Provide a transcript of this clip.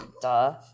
duh